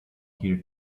here